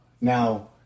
Now